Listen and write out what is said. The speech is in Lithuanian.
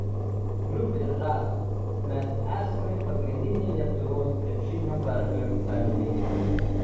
grupė žas mes esame pagrindiniai lietuvos krepšinio pergalių kalviai